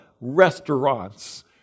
restaurants